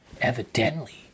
evidently